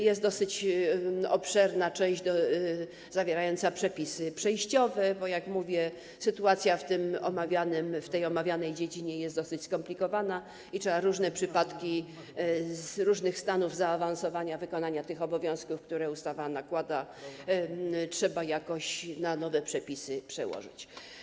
Jest dosyć obszerna część zawierająca przepisy przejściowe, bo jak mówię, sytuacja w tej omawianej dziedzinie jest dosyć skomplikowana i trzeba różne przypadki z różnych stanów zaawansowania wykonania tych obowiązków, które ustawa nakłada, jakoś na nowe przepisy przełożyć.